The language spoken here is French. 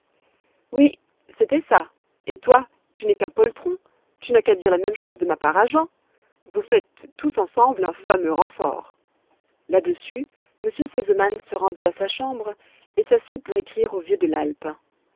oui c'était ça et toi tu n'es qu'un poltron tu n'as qu'à dire la même chose de ma part à jean vous faites tous ensemble un fameux renfort là-dessus m r sesemann se rendit à sa chambre et s'assit pour écrire au vieux de l'alpe